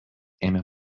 ėmė